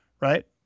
right